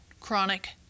chronic